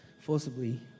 forcibly